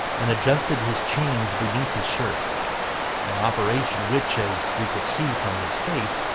and adjusted his chains beneath his shirt an operation which, as we could see from his face,